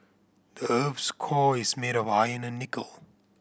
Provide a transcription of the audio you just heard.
the earth's core is made of iron and nickel